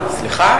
סליחה,